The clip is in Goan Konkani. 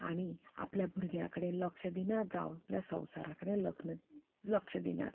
आनी आपल्या भुरग्या कडेन लक्ष दिनात जावं आपल्या संवसारा कडेन लक्ष दिनात